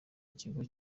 ikigo